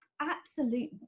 absolute